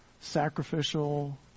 sacrificial